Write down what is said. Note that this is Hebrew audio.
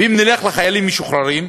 ואם נלך לחיילים משוחררים כיום,